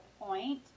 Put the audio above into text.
point